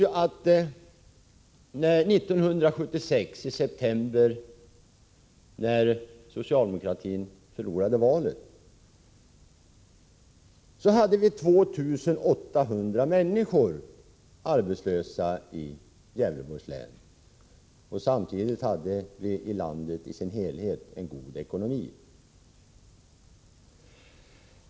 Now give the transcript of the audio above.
I september 1976, när socialdemokratin förlorade valet, var 2 800 människor arbetslösa i Gävleborgs län, och samtidigt hade vi i landet som helhet en god ekonomi.